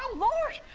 ah lord!